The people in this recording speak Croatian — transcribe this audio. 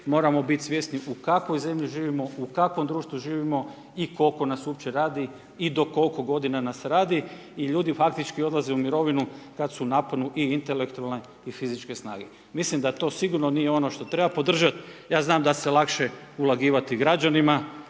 moramo biti svjesni u kakvoj zemlji živimo, u kakvom društvu živimo i koliko nas uopće radi i do koliko godina nas radi i ljudi faktički odlaze u mirovinu kad su u naponu i intelektualne i fizičke snage. Mislim da to sigurno nije ono što treba podržati, ja znam da se lakše ulagivati građanima,